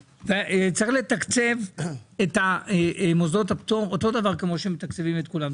צריך לתקצב את מוסדות הפטור אותו דבר כמו שמתקצבים את כולם.